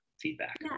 feedback